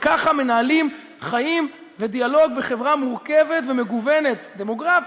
ככה מנהלים חיים ודיאלוג בחברה מורכבת ומגוונת דמוגרפית,